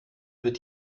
wird